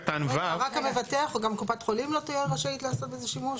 רק המבטח או גם קופת חולים לא תהיה רשאית לעשות בזה שימוש?